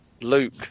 Luke